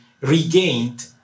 regained